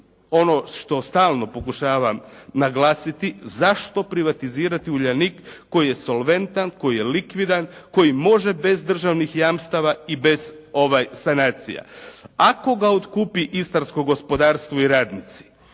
ono što stalno pokušavam naglasiti, zašto privatizirati "Uljanik" koji je solventan, koji je likvidan, koji može bez državnih jamstava i bez ovaj sanacija. Ako ga otkupi Istarsko gospodarstvo i radnici,